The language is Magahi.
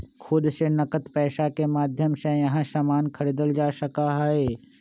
खुद से नकद पैसा के माध्यम से यहां सामान खरीदल जा सका हई